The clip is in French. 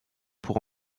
pour